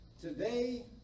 today